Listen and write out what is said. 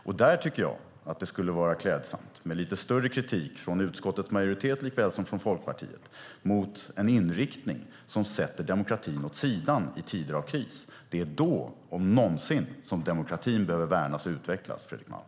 Jag tycker att det skulle vara klädsamt med lite hårdare kritik från utskottets majoritet likväl som från Folkpartiet mot en inriktning som sätter demokratin åt sidan i tider av kris. Det är då, om någonsin, som demokratin behöver värnas och utvecklas, Fredrik Malm.